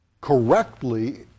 correctly